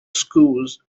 schools